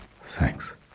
Thanks